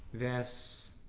this